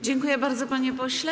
Dziękuję bardzo, panie pośle.